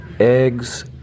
Eggs